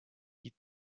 die